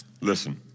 Listen